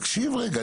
לא --- תקשיב רגע,